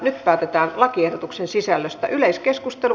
nyt päätetään lakiehdotuksen sisällöstä